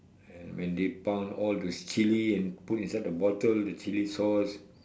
when they pound all the Chili and put inside the bottle the Chili sauce